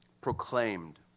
proclaimed